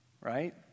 right